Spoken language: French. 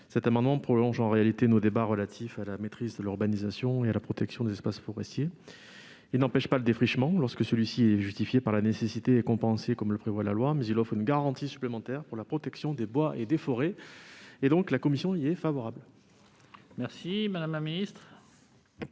Cette discussion prolonge en réalité nos débats relatifs à la maîtrise de l'urbanisation et à la protection des espaces forestiers. La rédaction proposée n'empêche pas le défrichement lorsque celui-ci est justifié par la nécessité et compensé comme le prévoit la loi, mais elle offre une garantie supplémentaire pour la protection des bois et des forêts. Par conséquent, la commission émet un avis favorable sur cet amendement.